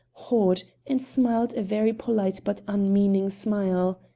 hawed, and smiled a very polite but unmeaning smile.